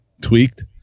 tweaked